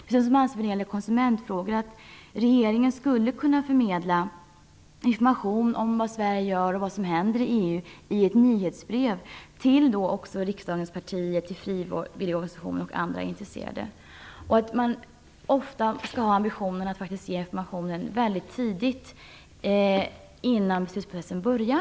Vad gäller konsumentfrågor skulle regeringen kunna förmedla information om vad Sverige gör och vad som händer i EU i ett nyhetsbrev till riksdagens partier, frivilligorganisationer och andra intresserade. Man borde dessutom ha ambitionen att ge informationen väldigt tidigt, innan beslutsprocessen börjar.